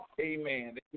amen